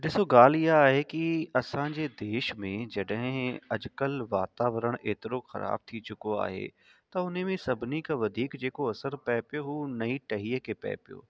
ॾिसो ॻाल्हि इहा आहे की असांजे देश में जॾहिं अॼु कल्ह वातावरण एतिरो ख़राबु थी चुको आहे त उने में सभिनी खां वधीक जेको असर पए पियो हू नई टहीअ खे पए पियो